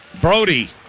Brody